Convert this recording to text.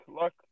luck